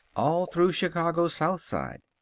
all through chicago's south side.